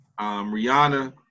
Rihanna